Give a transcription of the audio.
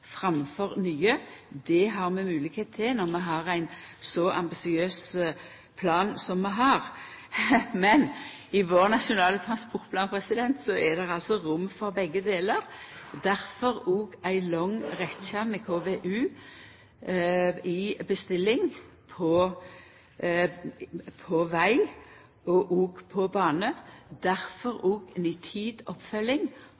framfor nye, det har vi moglegheit til når vi har ein så ambisiøs plan som vi har. Men i vår nasjonale transportplan er det rom for begge delar, difor òg ei lang rekkje med KVU i bestilling på veg og òg på bane,